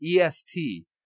EST